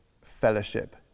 fellowship